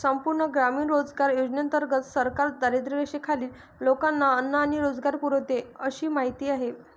संपूर्ण ग्रामीण रोजगार योजनेंतर्गत सरकार दारिद्र्यरेषेखालील लोकांना अन्न आणि रोजगार पुरवते अशी माहिती आहे